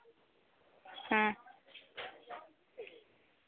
ᱦᱮᱸ